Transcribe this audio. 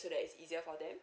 so that it's easier for them